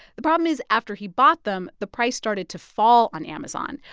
the problem is after he bought them, the price started to fall on amazon.